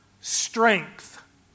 strength